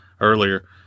earlier